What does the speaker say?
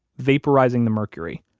vaporizing the mercury,